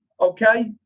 Okay